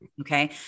Okay